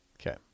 Okay